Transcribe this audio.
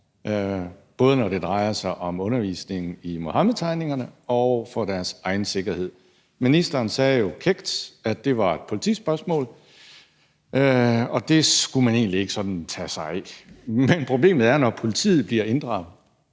både når det drejer sig om undervisningen i Muhammedtegningerne, og når det drejer sig om deres egen sikkerhed. Ministeren sagde jo kækt, at det var et politispørgsmål, og at det skulle man egentlig ikke sådan tage sig af. Men problemet er, at når politiet bliver inddraget,